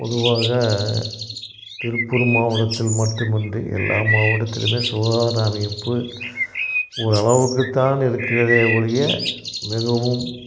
பொதுவாக திருப்பூர் மாவட்டத்தில் மட்டுமின்றி எல்லா மாவட்டத்திலேமே சுகாதார அமைப்பு ஒரு அளவுக்கு தான் இருக்கிறதே ஒழிய மிகவும்